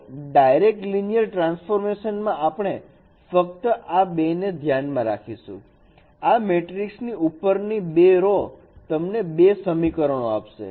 તો direct linear transformation માં આપણે ફક્ત આ બે ને ધ્યાનમાં રાખીશું આ મેટ્રિકસની ઉપરની બે રો તમને 2 સમીકરણો આપશે